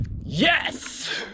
Yes